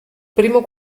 primo